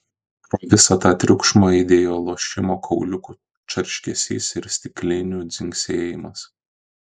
pro visą tą triukšmą aidėjo lošimo kauliukų tarškesys ir stiklinių dzingsėjimas